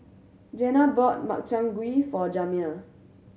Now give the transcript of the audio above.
Jana bought Makchang Gui for Jamya